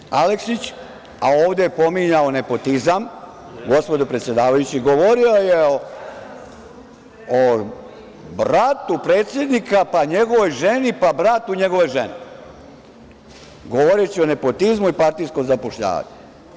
On je meni Aleksić, a ovde pominjao nepotizam, gospodo predsedavajući, govorio je o bratu predsednika, pa njegovoj ženi, pa bratu njegove žene, govoreći o nepotizmu i partijskom zapošljavanju.